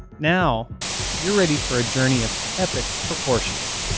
now you're ready for a journey of epic proportions.